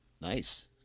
Nice